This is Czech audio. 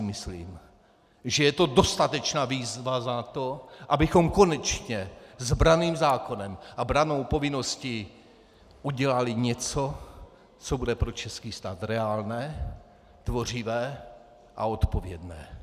Myslím si, že je to dostatečná výzva za to, abychom konečně s branným zákonem a s brannou povinností udělali něco, co bude pro český stát reálné, tvořivé a odpovědné.